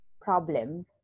problem